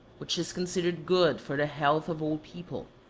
which is considered good for the health of old people.